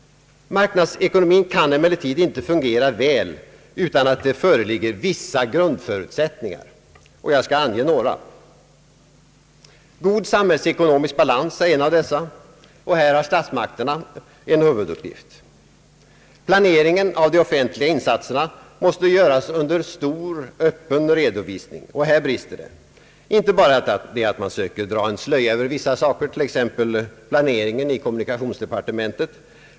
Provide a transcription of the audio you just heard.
Marknadsekonomin kan «emellertid inte fungera väl utan att det föreligger vissa grundförutsättningar. Och jag skall ange några. God samhällsekonomisk balans är en av dessa, och här har statsmakterna en huvuduppgift. Planeringen av de offentliga insatserna måste göras under stor öppen redovisning. Här brister det. Det är inte bara det att man söker dra en slöja över vissa saker, t.ex. planeringen inom <:kommunikationsdepartementet.